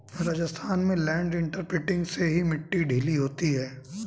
राजस्थान में land imprinter से ही मिट्टी ढीली होती है